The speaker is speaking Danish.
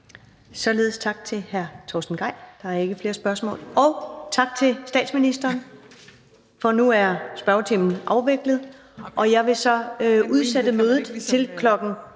Således tak til hr. Torsten Gejl. Der er ikke flere spørgsmål. Og tak til statsministeren, for nu er spørgetimen afviklet. Jeg vil så udsætte mødet til kl.